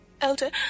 Elder